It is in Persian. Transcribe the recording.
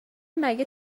مگه